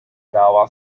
dava